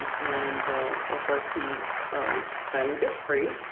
and of course he um finally gets free.